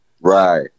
Right